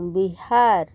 Bihar